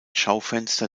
schaufenster